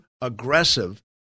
aggressive